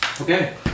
okay